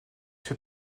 fait